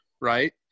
right